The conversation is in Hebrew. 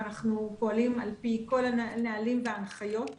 ואנחנו פועלים על פי כל הנהלים וההנחיות.